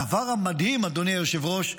הדבר המדהים, אדוני היושב-ראש,